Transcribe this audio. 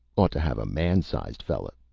ought to have a man-size fella.